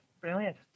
Brilliant